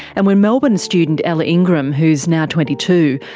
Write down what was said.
and when melbourne student ella ingram, who's now twenty two,